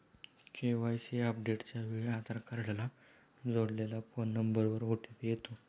KYC अपडेटच्या वेळी आधार कार्डला जोडलेल्या फोन नंबरवर ओ.टी.पी येतो